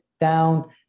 down